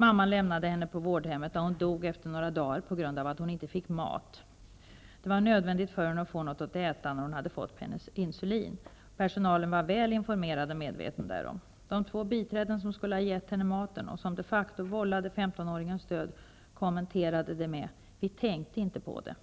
Mamman lämnade henne på vårdhemmet, där hon efter några dagar dog på grund av att hon inte hade fått mat. Det var nödvändigt för henne att äta efter det att hon hade fått insulin. Personalen var väl informerad och medveten därom. De två biträden som skulle ha gett henne mat, och som de facto vållade femtonåringens död, kommenterade händelsen med: Vi tänkte inte på det.